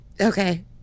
okay